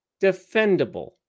defendable